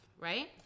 right